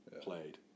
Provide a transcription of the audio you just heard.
Played